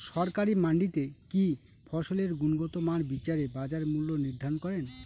সরকারি মান্ডিতে কি ফসলের গুনগতমান বিচারে বাজার মূল্য নির্ধারণ করেন?